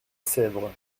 sèvre